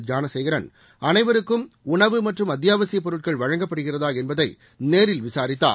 ஞானசேகரன் அனைவருக்கும் உணவு மற்றும் அத்தியாவசியப் பொருட்கள் வழங்கப்படுகிறதா என்பதை நேரில் விசாரித்தார்